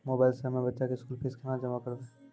Mobile से हम्मय बच्चा के स्कूल फीस जमा केना करबै?